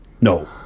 No